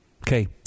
Okay